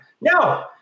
No